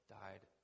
died